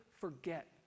forget